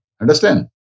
Understand